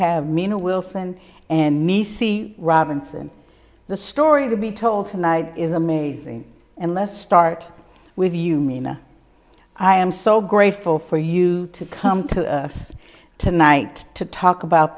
have mina wilson and me c robinson the story to be told tonight is amazing and less start with you mina i am so grateful for you to come to us tonight to talk about